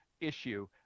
issue